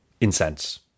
incense